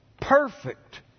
perfect